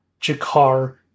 Jakar